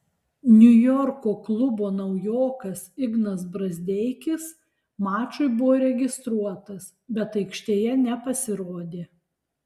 niujorko klubo naujokas ignas brazdeikis mačui buvo registruotas bet aikštėje nepasirodė